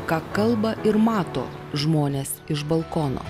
ką kalba ir mato žmonės iš balkono